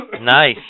Nice